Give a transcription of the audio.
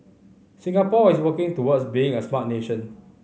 Singapore is working towards being a smart nation